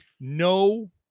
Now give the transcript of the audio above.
no